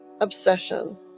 obsession